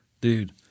Dude